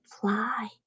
fly